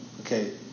Okay